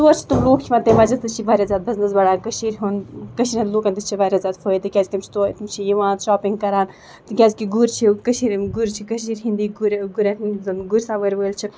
تور چھِ تِم لوٗکھ یِوان تمہِ وجہ سۭتۍ چھِ یہِ واریاہ زیادٕ بِزنِس بڑان کٔشیٖرِ ہُنٛد کٔشیٖرِ ہِنٛدٮ۪ن لوٗکَن تہِ چھِ واریاہ زیادٕ فٲیدٕ کیٛازِکہِ تِم چھِ تو تِم چھِ یِوان شاپِنٛگ کران تِکیٛازِکہِ گُرۍ چھِ کٔشیٖرِ ہِنٛدۍ گُرۍ چھِ کٔشیٖرِ ہِنٛدی گُرۍ گُرٮ۪ن یِم زَن گُرۍ سوٲرۍ وٲلۍ چھِ